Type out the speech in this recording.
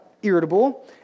irritable